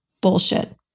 bullshit